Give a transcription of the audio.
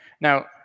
Now